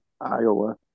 Iowa